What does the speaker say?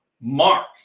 mark